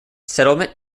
settlement